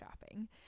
shopping